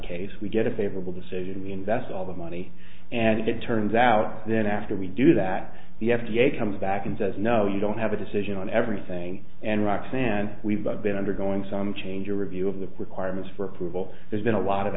case we get a favorable decision we invest all the money and it turns out then after we do that the f d a comes back and says no you don't have a decision on everything and roxanne we've been undergoing some change a review of the requirements for approval there's been a lot of